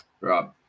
Right